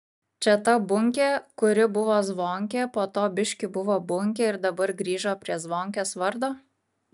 čia ta bunkė kuri buvo zvonkė po to biškį buvo bunkė ir dabar grįžo prie zvonkės vardo